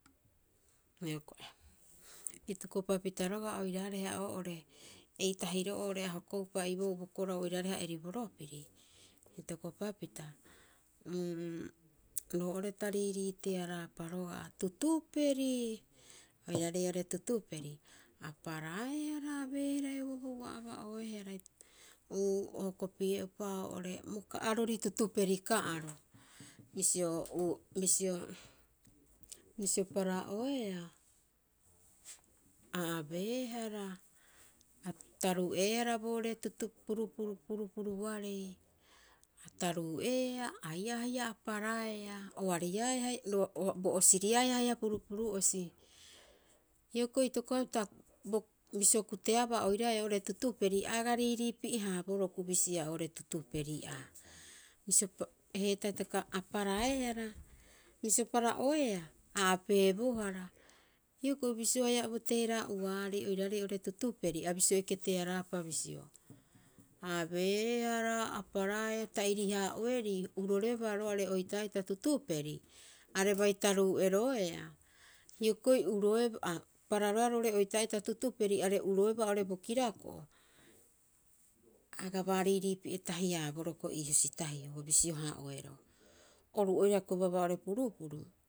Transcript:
Hioko'i itokopapita roga'a oiraareha oo'ore eitahiro'oo oo'ore ahokoupa iboou bokorau oiraareha eriboro piri itokopapita, uu roo'ore tariirii tearaapa roga'a, tutuperi. Oiraarei oo'ore tutuperi a paraehara, a abeehara heaboo ua ba'oehara uu o hokopie'upa oo'ore bo ka'arori tutuperi ka'aro. Bisio uu, bisio, bisio para'oeaa a abeehara hapita a taruu'ehara bo ore purupuruarei. A taruu'eaa aiaa haia a paraea oariaae haia bo osiriaa haia purupuru osi. Hioko'i itokopapita bisio kuteaba oiraae tutuperi aga riiriipie haaboro kubisia oo'ore tutuperi aa. Bisio heetaa hitaka, a paraehara, bisio para'oeaa a apeebohara. Hioko'i bisio haia boteeraa'uarei oiraarei tutuperi a bisio eketeraapa bisio a beehara a paraea tairi haa'oerii uroreba roa'are oitaa'ita tuuperi are bai taruu'eroeaa, hioko'i uroeba pararoea roo'ore oitaa'ita tutuperi are uroebaa oo'ore bo kirako'o, aga baariirii tahipi'e- haaboro hiokoi ii husitahio ua bisio haa'oeroo oru oira hioko'i baaba purupuru.